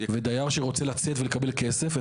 ודייר שרוצה לצאת ולקבל כסף.